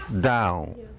down